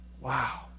Wow